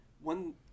one